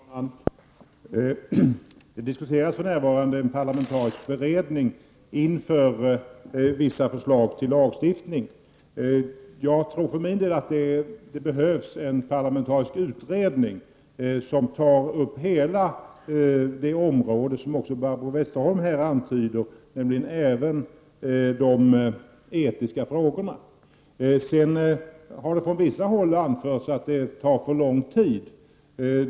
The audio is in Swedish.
Herr talman! Det diskuteras för närvarande om det kan tillsättas en parlamentarisk beredning inför vissa förslag till lagstiftning. Jag tror för min del att det behövs en parlamentarisk utredning som tar upp hela det område som också Barbro Westerholm här talar om, nämligen de etiska frågorna. Från vissa håll har det anförts att det tar för lång tid.